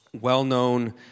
well-known